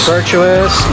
Virtuous